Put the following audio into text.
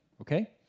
Okay